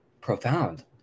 profound